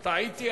טעיתי.